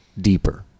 deeper